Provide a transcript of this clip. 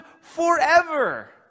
forever